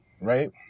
right